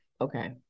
Okay